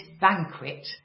banquet